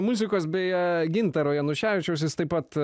muzikos beje gintaro januševičiaus jis taip pat